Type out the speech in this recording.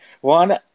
One